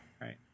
Right